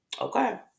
Okay